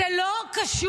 הוא לא חשוד